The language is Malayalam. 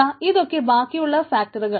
ദാ ഇതൊക്കെയാണ് ബാക്കിയുള്ള ഫാക്ടറുകൾ